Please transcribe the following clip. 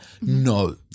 No